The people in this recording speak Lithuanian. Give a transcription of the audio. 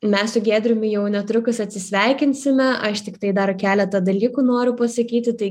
mes su giedriumi jau netrukus atsisveikinsime aš tiktai dar keletą dalykų noriu pasakyti tai